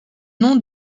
nom